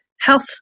health